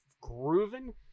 grooving